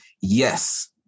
yes